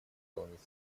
выполнить